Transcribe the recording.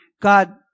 God